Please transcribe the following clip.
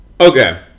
Okay